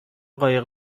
قایق